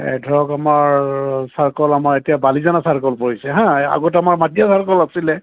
এ ধৰক আমাৰ চাৰ্কল আমাৰ এতিয়া বালিজনা চাৰ্কল পৰিছে হাঁ আগতে আমাৰ মাটিয়া চাৰ্কল আছিলে